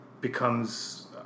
becomes